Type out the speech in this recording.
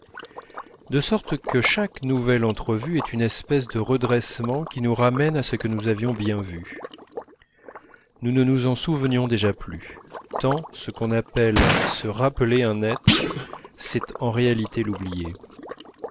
de sorte que chaque entrevue est une espèce de redressement qui nous ramène à ce que nous avions bien vu nous ne nous en souvenions plus déjà tant ce qu'on appelle se rappeler un être c'est en réalité l'oublier